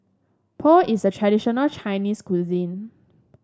pho is a traditional Chinese cuisine